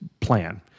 plan